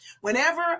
Whenever